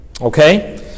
Okay